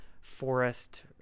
forest